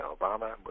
Obama